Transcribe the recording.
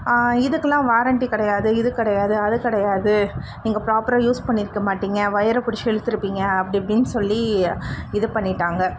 இதுக்கெலாம் வாரண்ட்டி கிடையாது இது கிடையாது அது கிடையாது நீங்கள் ப்ராப்பராக யூஸ் பண்ணியிருக்க மாட்டேங்க ஒயரை பிடிச்சு இழுத்துருப்பிங்க அப்படி இப்படின்னு சொல்லி இது பண்ணிட்டாங்கள்